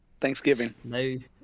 Thanksgiving